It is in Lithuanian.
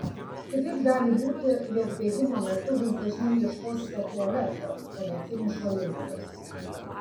kitaip gali būti jog bėgimo metu vis dažniau ieškosite tualeto o ne finišo linijos